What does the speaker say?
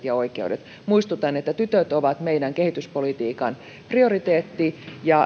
ja oikeudet muistutan että tytöt ovat meidän kehityspolitiikkamme prioriteetti